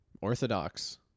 Orthodox